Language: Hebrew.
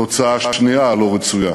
לתוצאה השנייה, הלא-רצויה,